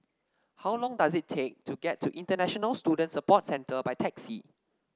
how long does it take to get to International Student Support Centre by taxi